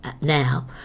now